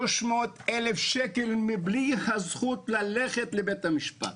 300,000 שקל מבלי הזכות ללכת לבית המשפט.